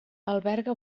alberga